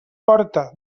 porta